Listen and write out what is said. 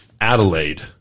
adelaide